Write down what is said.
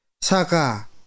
saka